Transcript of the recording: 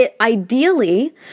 ideally